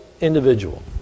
individual